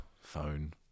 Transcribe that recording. phone